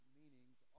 meanings